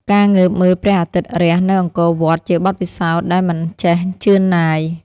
ការងើបមើលព្រះអាទិត្យរះនៅអង្គរវត្តជាបទពិសោធន៍ដែលមិនចេះជឿនណាយ។